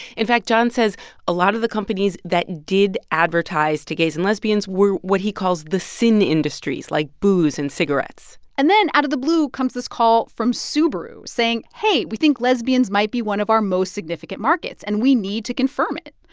in fact, john says a lot of the companies that did advertise to gays and lesbians were what he calls the sin industries, like booze and cigarettes and then, out of the blue, comes this call from subaru saying, hey, we think lesbians might be one of our most significant markets, and we need to confirm it.